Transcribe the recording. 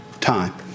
time